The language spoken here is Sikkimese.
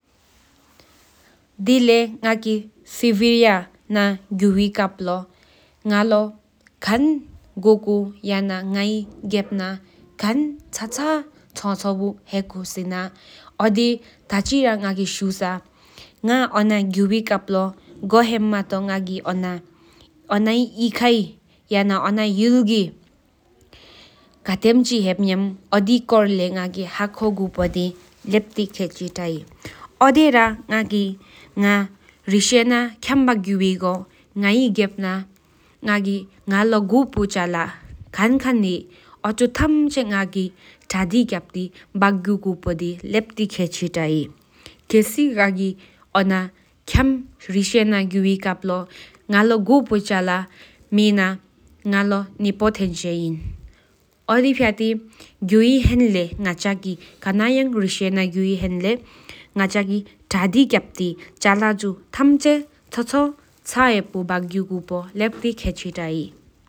ང་གི་སི་བེ་རི་ཨ་ན་ཁྱམ་བཀྲི་གཡུའི་ཧེན་ལེགས་ང་ལོ་གུ་འབྱུང་དེའི་གཡུང་ཚ་པོ་འདི་ལེགས་རང་ཀར་ཞེ་ཚ་ཁེག་འཕོ། ང་གི་ཐག་ཅི་ལ་ཞུ་སྒྱ་ཁ་ན་ར་རེ་ཞེ་གཡུའི་ཧེན་ལེགས་ང་གི་ཨོ་ཆི་ཡུ་ལྷན་དང་ལྡོག་ན་གུའི་གཡུང་ཚ་པོ་འདི་ལྡོག་མོ་མོ་ཚ་ཁེག་འཕོ་དེ་ལེགས་རྒྱ་རོ་མོ་ཨིན། སྡེ་ལེན་དགེ་ཐགས་མེའི་བ་ང་གི་ང་ལོ་གུའུ་མ་ཞལ་ཚུ་འགྲན་མདང་རག་ན་གོ་ལ་ཡོཁ་ངར་ཐམས་ཆོས་བཀྲི་གཡུམ་ཤེས་རའི།